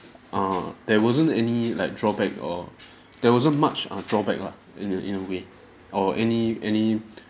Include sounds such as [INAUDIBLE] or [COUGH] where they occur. err there wasn't any like drawback or there wasn't much err drawback lah in a in a way or any any [BREATH]